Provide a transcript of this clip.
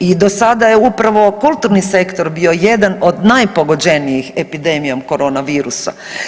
I do sada je upravo kulturni sektor bio jedan od najpogođenijih epidemijom korona virusa.